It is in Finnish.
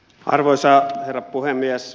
arvoisa herra puhemies